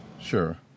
sure